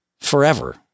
forever